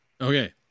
Okay